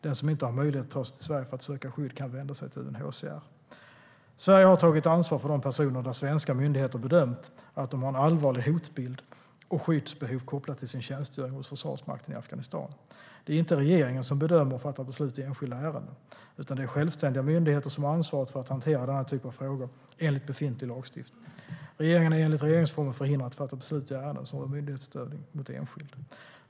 Den som inte har möjlighet att ta sig till Sverige för att söka skydd kan vända sig till UNHCR. Sverige har tagit ansvar för de personer som svenska myndigheter bedömt har en allvarlig hotbild och skyddsbehov kopplat till sin tjänstgöring hos Försvarsmakten i Afghanistan. Det är inte regeringen som bedömer och fattar beslut i enskilda ärenden, utan det är självständiga myndigheter som har ansvaret för att hantera denna typ av frågor enligt befintlig lagstiftning. Regeringen är enligt regeringsformen förhindrad att fatta beslut i ärenden som rör myndighetsutövning mot enskild.